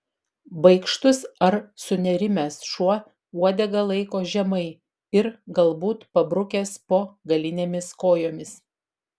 baikštus ar sunerimęs šuo uodegą laiko žemai ir galbūt pabrukęs po galinėmis kojomis